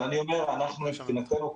אנחנו מבחינתנו,